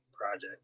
project